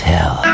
Tell